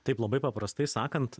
taip labai paprastai sakant